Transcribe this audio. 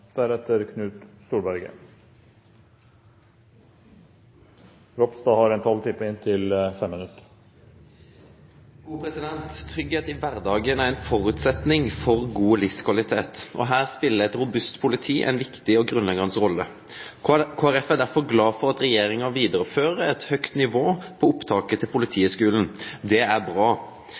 Trygghet i hverdagen er en forutsetning for god livskvalitet. Her spiller et robust politi en viktig og grunnleggende rolle. Kristelig Folkeparti er derfor glad for at regjeringen viderefører et høyt nivå på opptaket til Politihøgskolen. Det er bra.